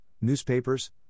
newspapers